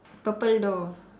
purple door